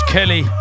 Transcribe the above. Kelly